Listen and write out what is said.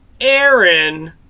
Aaron